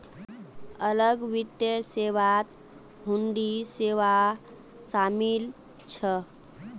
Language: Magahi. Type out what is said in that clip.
अलग वित्त सेवात हुंडी सेवा शामिल छ